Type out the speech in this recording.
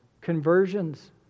conversions